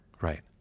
Right